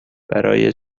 برای